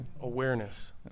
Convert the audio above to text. awareness